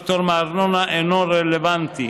הפטור מארנונה אינו רלוונטי,